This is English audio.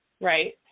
right